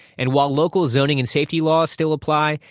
and while local zoning and safety laws still apply,